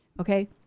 okay